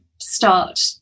start